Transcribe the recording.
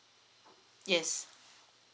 yes